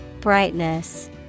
Brightness